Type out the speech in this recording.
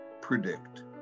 predict